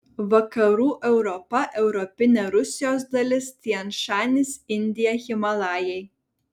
vakarų europa europinė rusijos dalis tian šanis indija himalajai